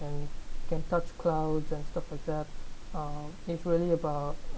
and can touch clouds and stuff like that uh it's really about